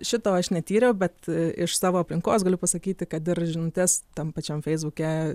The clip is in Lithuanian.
šito aš netyriau bet iš savo aplinkos galiu pasakyti kad ir žinutes tam pačiam feisbuke